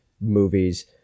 movies